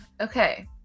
Okay